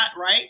right